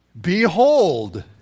Behold